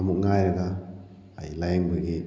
ꯑꯃꯨꯛ ꯉꯥꯏꯔꯒ ꯑꯩ ꯂꯥꯏꯌꯦꯡꯕꯒꯤ